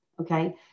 Okay